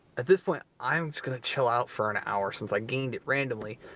at this point i'm just going to chill out for an hour since i gained it randomly.